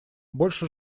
больше